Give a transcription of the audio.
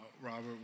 Robert